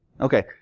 Okay